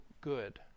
good